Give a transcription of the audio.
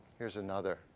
here's another.